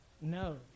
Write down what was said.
No